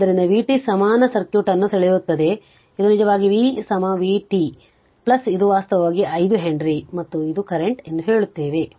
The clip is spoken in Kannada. ಆದ್ದರಿಂದ vt ಸಮಾನ ಸರ್ಕ್ಯೂಟ್ ಅನ್ನು ಸೆಳೆಯುತ್ತಿದ್ದರೆ ಇದು ನಿಜವಾಗಿ v v vt ಪ್ಲಸ್ ಇದು ವಾಸ್ತವವಾಗಿ 5 ಹೆನ್ರಿ ಮತ್ತು ಇದು ಕರೆಂಟ್ ಎಂದು ಹೇಳುತ್ತೇನೆ